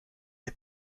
est